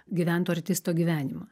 gyventų artisto gyvenimą